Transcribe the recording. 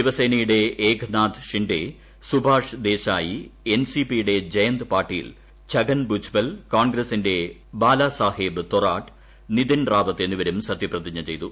ശിവസേനയുടെ ഏക്നാഥ് ഷിൻഡേ സുബാഷ് ദേശായ്ട് എൻസിപിയുടെ ജയന്ത് പാട്ടീൽ ഛഗൻ ഭൂജ്പൽ കോൺഗ്രസിന്റെ ്വാല്സാഹേബ് തൊറാട്ട് നിതിൻ റാവത് എന്നിവരും സത്യപ്രതിജ്ഞ ചെയ്തു